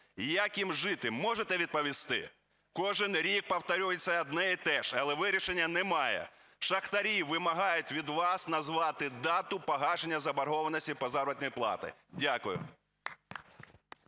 як їм жити, можете відповісти? Кожен рік повторюється одне і теж, але вирішення немає. Шахтарі вимагають від вас назвати дату погашення заборгованості по заробітній платі. Дякую.